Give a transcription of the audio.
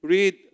Read